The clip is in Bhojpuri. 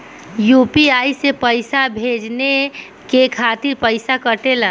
यू.पी.आई से पइसा भेजने के खातिर पईसा कटेला?